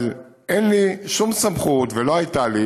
אבל אין לי שום סמכות ולא הייתה לי,